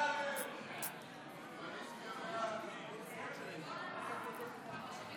והכניסה לישראל (הוראת שעה),